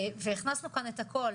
והכנסנו כאן את הכול.